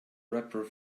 rapper